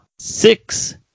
Six